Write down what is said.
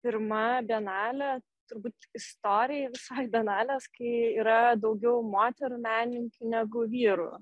pirma bienalė turbūt istorijoj visoj banalės kai yra daugiau moterų menininkių negu vyrų